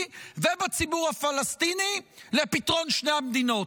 ובציבור הפלסטיני לפתרון שתי המדינות.